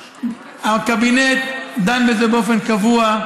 הקבינט דן בזה באופן קבוע,